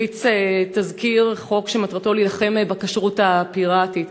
הפיץ תזכיר חוק שמטרתו להילחם בכשרות הפיראטית.